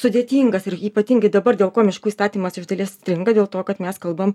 sudėtingas ir ypatingai dabar dėl ko miškų įstatymas iš dalies stringa dėl to kad mes kalbam